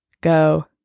go